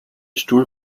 stuhl